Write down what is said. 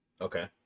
okay